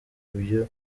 ibyo